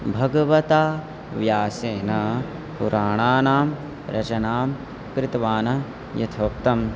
भगवता व्यासेन पुराणानां रचनां कृत्वान् यथोक्तम्